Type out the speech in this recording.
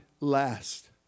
last